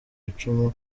icumu